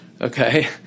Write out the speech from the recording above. Okay